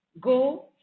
go